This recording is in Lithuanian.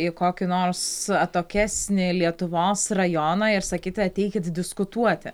į kokį nors atokesnį lietuvos rajoną ir sakyti ateikit diskutuoti